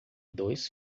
dois